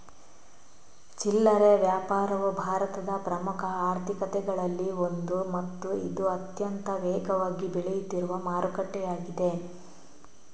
ಚಿಲ್ಲರೆ ವ್ಯಾಪಾರವು ಭಾರತದ ಪ್ರಮುಖ ಆರ್ಥಿಕತೆಗಳಲ್ಲಿ ಒಂದು ಮತ್ತು ಇದು ಅತ್ಯಂತ ವೇಗವಾಗಿ ಬೆಳೆಯುತ್ತಿರುವ ಮಾರುಕಟ್ಟೆಯಾಗಿದೆ